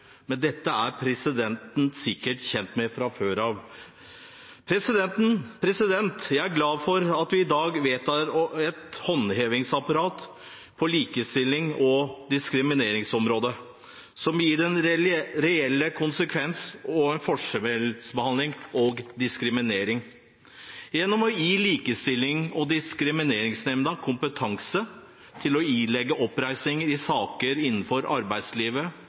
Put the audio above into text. men dette er presidenten sikkert kjent med fra før. Jeg er glad for at vi i dag vedtar et håndhevingsapparat på likestillings- og diskrimineringsområdet som gir reelle konsekvenser når man forskjellsbehandler og diskriminerer. Gjennom å gi Likestillings- og diskrimineringsnemnda kompetanse til å ilegge oppreisning i saker innenfor arbeidslivet